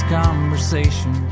conversation